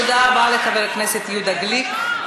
תודה רבה לחבר הכנסת יהודה גליק.